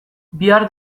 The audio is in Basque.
bihar